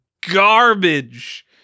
garbage